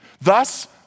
Thus